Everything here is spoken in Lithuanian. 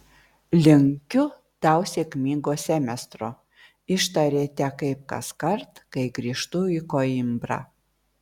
linkiu tau sėkmingo semestro ištarėte kaip kaskart kai grįžtu į koimbrą